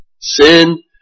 Sin